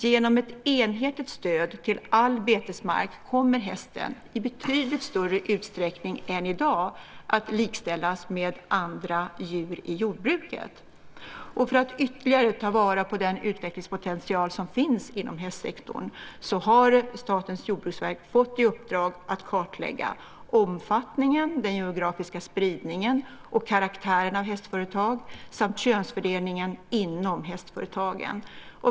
Genom ett enhetligt stöd till all betesmark kommer hästen i betydligt större utsträckning än i dag att likställas med andra djur i jordbruket. För att ytterligare ta vara på den utvecklingspotential som finns inom hästsektorn har Statens jordbruksverk fått i uppdrag att kartlägga omfattningen, den geografiska spridningen och karaktären av hästföretag samt könsfördelningen inom hästföretagen.